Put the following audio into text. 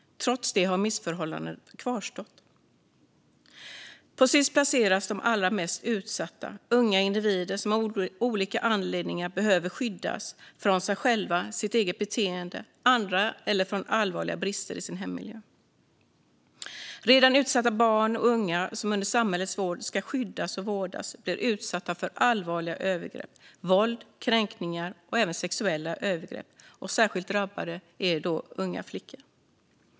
Trots det har missförhållandena kvarstått. På Sis placeras de allra mest utsatta. Det är unga individer som av olika anledningar behöver skyddas från sig själva, från sitt eget beteende, från andra eller från allvarliga brister i sin hemmiljö. Redan utsatta barn och unga som under samhällets vård ska skyddas och vårdas blir utsatta för allvarliga övergrepp, våld och kränkningar, även sexuella övergrepp. Särskilt drabbade är unga flickor.